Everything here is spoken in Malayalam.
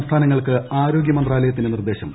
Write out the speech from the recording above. സംസ്ഥാനങ്ങൾക്ക് ആരോഗൃമന്ത്രാലയത്തിന്റെ നിർദ്ദേശം